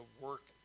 work